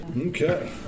Okay